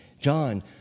John